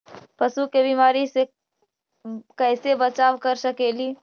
पशु के बीमारी से कैसे बचाब कर सेकेली?